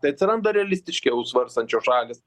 tai atsiranda realistiškiau svarstančios šalys